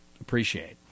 appreciate